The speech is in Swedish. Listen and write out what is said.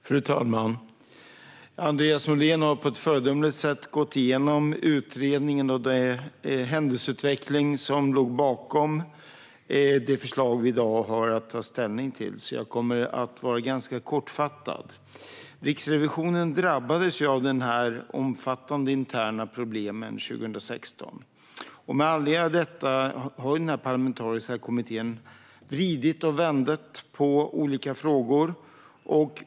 Fru talman! Andreas Norlén har på ett föredömligt sätt gått igenom utredningen och den händelseutveckling som låg bakom det förslag vi i dag har att ta ställning till. Jag kommer därför att fatta mig ganska kort. Riksrevisionen drabbades av omfattande interna problem 2016. Med anledning av detta har den parlamentariska kommittén vridit och vänt på olika frågor.